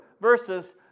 Versus